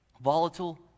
Volatile